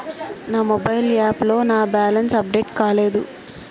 నా mobile app లో నా బ్యాలెన్స్ అప్డేట్ కాలేదు